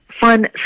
fun